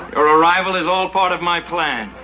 arrival is all part of my plan.